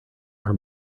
our